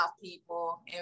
people